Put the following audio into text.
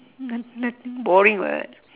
not~ nothing boring [what]